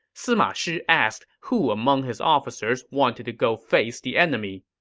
sima shi asked who among his officers wanted to go face the enemy.